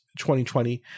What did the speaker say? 2020